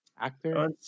Actor